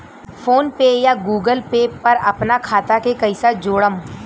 PhonePe या Google Pay पर अपना खाता के कईसे जोड़म?